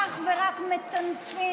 אך ורק מטנפים,